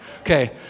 Okay